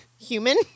human